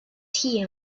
tea